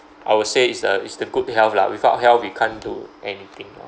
I would say it's the it's the good health lah without health we can't do anything lor